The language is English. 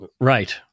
Right